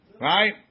right